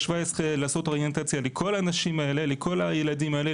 17 לעשות אוריינטציה לכל הילדים האלה,